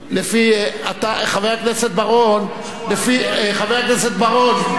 חבר הכנסת בר-און, חבר הכנסת בר-און,